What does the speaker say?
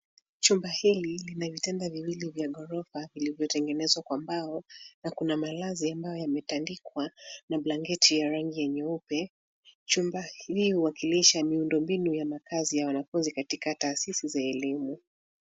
Chumba hili lina vitanda viwili vya ghorofa vilivyotengenezwa kwa mbao na kuna malazo ambayo yametandikwa na blanketi ya rangi nyeupe. Chumba hii huwakilisha miundombinu ya makaazi ya wanafunzi katika taasisi za elimu.